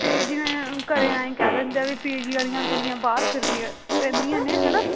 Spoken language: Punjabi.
ਅਤੇ ਜਿਵੇਂ ਘਰ ਆਏਂ ਕਹਿ ਦਿੰਦੇ ਆ ਵੀ ਪੀ ਜੀ ਵਾਲੀਆਂ ਕੁੜੀਆਂ ਬਾਹਰ ਫਿਰਦੀਆਂ ਰਹਿੰਦੀਆਂ ਨੇ ਹੈ ਨਾ